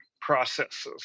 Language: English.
processes